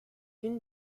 une